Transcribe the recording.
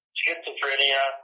schizophrenia